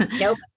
Nope